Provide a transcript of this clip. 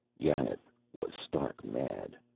yanath was stark mad.